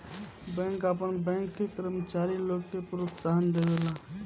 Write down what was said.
bank आपन bank के कर्मचारी लोग के प्रोत्साहन देवेला